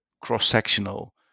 cross-sectional